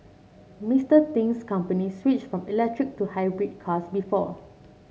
Mister Ting's company switched from electric to hybrid cars before